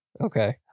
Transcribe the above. Okay